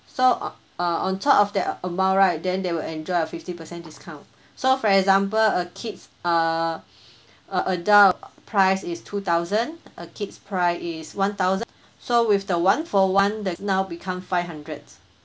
so uh on top of that amount right then they will enjoy fifty percent discount so for example a kids' uh a adult price is two thousand uh kids' price is one thousand so with the one for one that now become five hundreds